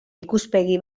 ikuspegi